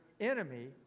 enemy